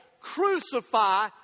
crucify